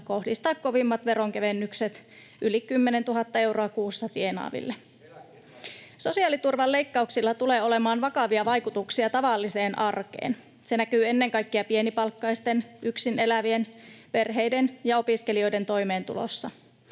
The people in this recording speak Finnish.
kohdistaa kovimmat veronkevennykset yli 10 000 euroa kuussa tienaaville. [Mauri Peltokangas: Eläkkeet kasvaa!] Sosiaaliturvan leikkauksilla tulee olemaan vakavia vaikutuksia tavalliseen arkeen. Se näkyy ennen kaikkea pienipalkkaisten, yksin elävien, perheiden ja opiskelijoiden toimeentulossa.